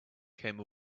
came